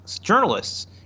journalists